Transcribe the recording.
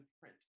print